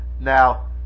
Now